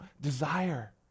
desire